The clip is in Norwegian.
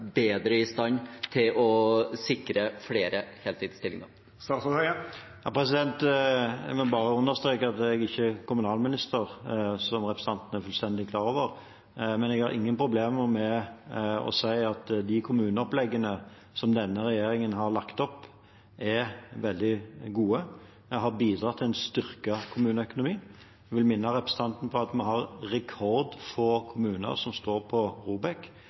bedre i stand til å sikre flere heltidsstillinger? Jeg må bare understreke at jeg ikke er kommunalminister, som representanten er fullstendig klar over. Men jeg har ingen problemer med å si at kommuneoppleggene til denne regjeringen er veldig gode – de har bidratt til en styrket kommuneøkonomi. Jeg vil minne representanten på at vi har rekordfå kommuner som står på